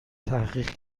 تحقیق